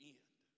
end